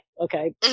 okay